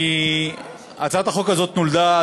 הצעת החוק הזאת נולדה,